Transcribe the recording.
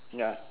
ya